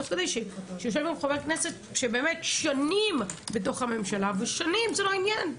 שיושב פה חבר כנסת שנמצא שנים בתוך הממשלה ובמשך שנים זה לא עניין,